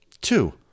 Two